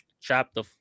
chapter